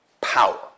power